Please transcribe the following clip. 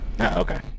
Okay